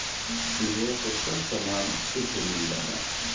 इहवा पे सब समान छुट पे मिल जाला